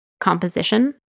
composition